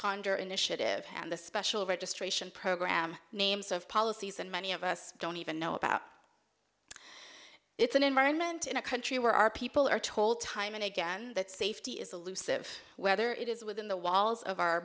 absconder initiative and the special registration program names of policies and many of us don't even know about it's an environment in a country where our people are told time and again that safety is allusive whether it is within the walls of our